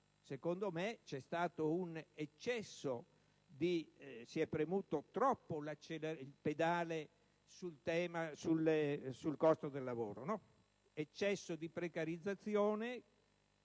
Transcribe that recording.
secondo me c'è stato un eccesso, si è premuto troppo il pedale sul costo del lavoro, producendo un eccesso di precarizzazione